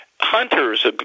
hunters